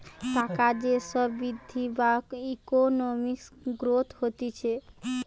টাকার যে সব বৃদ্ধি বা ইকোনমিক গ্রোথ হতিছে